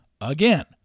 Again